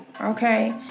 Okay